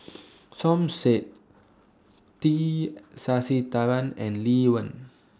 Som Said T Sasitharan and Lee Wen